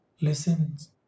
listens